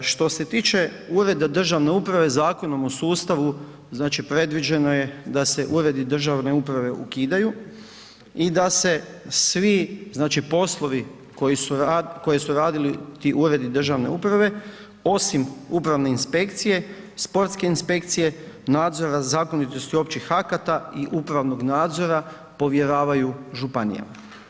Što se tiče ureda državne uprave Zakonom sustavu znači predviđeno je da se uredi državne uprave ukidaju i da se svi znači poslovi koje su radili ti uredi državne uprave osim upravne inspekcije, sportske inspekcije, nadzora zakonitosti općih akata i upravnog nadzora povjeravaju županijama.